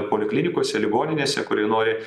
poliklinikose ligoninėse kuri nori